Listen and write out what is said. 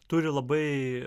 turi labai